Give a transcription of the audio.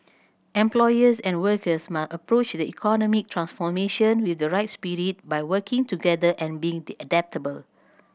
employers and workers must approach the economic transformation with the right spirit by working together and being adaptable